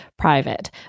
private